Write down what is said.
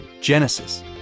Genesis